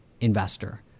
investor